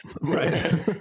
right